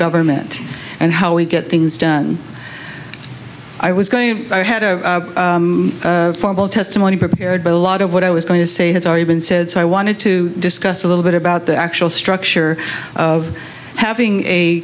government and how we get things done i was going i had a formal testimony prepared but a lot of what i was going to say has already been said so i wanted to discuss a little bit about the actual structure of having a